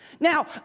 Now